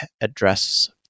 address